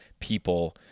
people